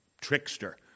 trickster